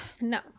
no